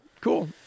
cool